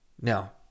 Now